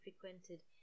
frequented